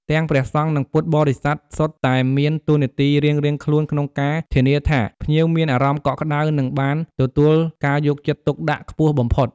នេះជាការបង្ហាញពីតម្លៃដ៏ល្អផូរផង់នៃពុទ្ធសាសនា។